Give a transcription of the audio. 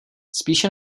spíše